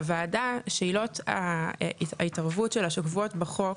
הוועדה, שעילות ההתערבות שלה שקבועות בחוק,